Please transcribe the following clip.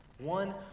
One